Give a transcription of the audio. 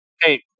Hey